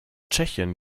tschechien